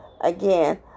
Again